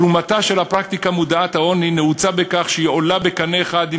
תרומתה של הפרקטיקה המודעת-עוני נעוצה בכך שהיא עולה בקנה אחד עם